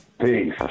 Peace